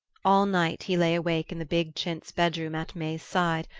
all night he lay awake in the big chintz bedroom at may's side,